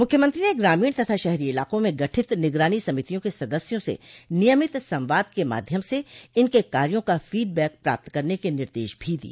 मुख्यमंत्री ने ग्रामीण तथा शहरी इलाकों में गठित निगरानी समितियों के सदस्यों से नियमित संवाद के माध्यम से इनके कार्यों का फीडबैक प्राप्त करने के निर्देश भी दिए